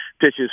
pitches